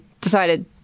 decided